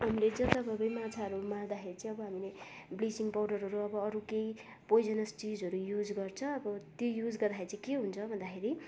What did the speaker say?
हामीले जथाभावी माछाहरू मार्दाखेरि अब हामीले ब्लिचिङ पाउडरहरू अब अरू केही पोइजनस चिजहरू युज गर्छ अब त्यही युज गर्दाखेरि चाहिँ के हुन्छ भन्दाखेरि